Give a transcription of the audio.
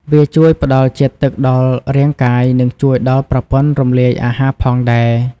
វាជួយផ្តល់ជាតិទឹកដល់រាងកាយ និងជួយដល់ប្រព័ន្ធរំលាយអាហារផងដែរ។